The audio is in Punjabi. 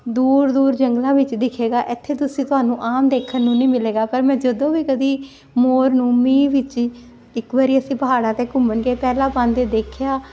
ਦੂਰ ਦੂਰ ਜੰਗਲਾਂ ਵਿੱਚ ਦਿਖੇਗਾ ਇਥੇ ਤੁਸੀਂ ਤੁਹਾਨੂੰ ਆਮ ਦੇਖਣ ਨੂੰ ਨਹੀਂ ਮਿਲੇਗਾ ਪਰ ਮੈਂ ਜਦੋਂ ਵੀ ਕਦੀ ਮੋਰ ਨੂੰ ਮੀਂਹ ਵਿੱਚ ਇੱਕ ਵਾਰੀ ਅਸੀਂ ਪਹਾੜਾਂ ਤੇ ਘੁੰਮਣ ਗਏ ਪੈਲ ਪਾਂਦੇ ਦੇਖਿਆ